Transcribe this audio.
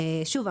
שוב,